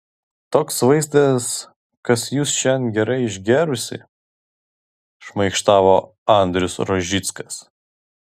toks vaizdas kas jūs šian gerai išgėrusi šmaikštavo andrius rožickas